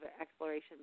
exploration